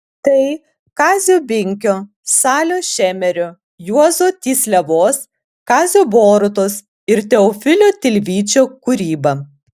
tai kazio binkio salio šemerio juozo tysliavos kazio borutos ir teofilio tilvyčio kūryba